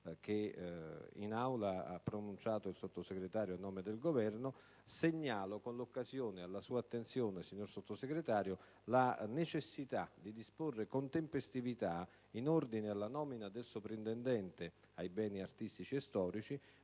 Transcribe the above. che in Aula il Sottosegretario ha reso a nome del Governo, segnalo con l'occasione alla sua attenzione, signor Sottosegretario, la necessità di disporre con tempestività in ordine alla nomina del soprintendente ai beni artistici e storici,